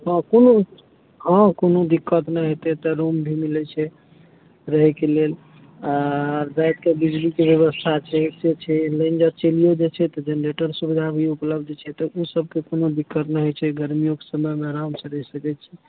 हँ कोनो हँ कोनो दिक्कत नहि हेतै एतऽ रूम भी मिलै छै रहैके लेल आ रातिके बिजलीके व्यवस्था छै से छै लाइन जे चलियो जाइ छै तऽ जेनरेटर सुविधा भी उपलब्ध छै तऽ ओ सबके कोनो दिक्कत नहि होइ छै गर्मिओके समयमे आरामसँ रहि सकै छी